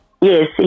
Yes